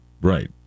Right